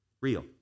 Real